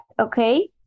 Okay